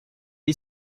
est